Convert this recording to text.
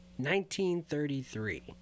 1933